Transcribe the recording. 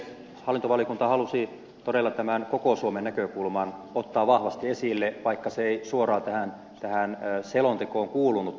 hallintovaliokunta halusi todella tämän koko suomen näkökulman ottaa vahvasti esille vaikka se ei suoraan tähän selontekoon kuulunutkaan